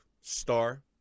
star